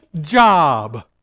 job